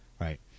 right